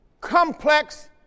complex